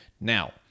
Now